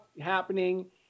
happening